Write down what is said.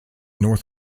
north